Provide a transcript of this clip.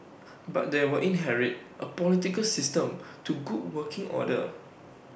but they will inherit A political system to good working order